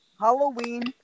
Halloween